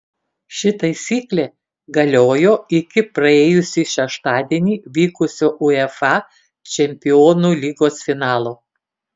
ši taisyklė galiojo iki praėjusį šeštadienį vykusio uefa čempionų lygos finalo